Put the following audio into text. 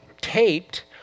taped